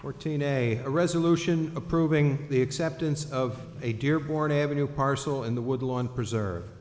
fourteen day a resolution approving the acceptance of a dearborn avenue parcel in the woodlawn preserve